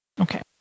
Okay